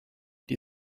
die